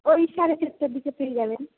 ওই সাড়ে চারটের দিকে পেয়ে যাবেন